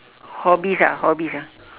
hobbies ah hobbies ah